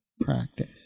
practice